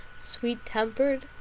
sweet-tempered,